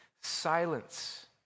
silence